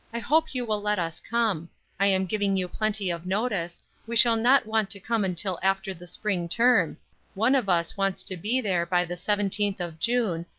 i hope you will let us come i am giving you plenty of notice we shall not want to come until after the spring term one of us wants to be there by the seventeenth of june,